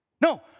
No